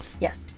Yes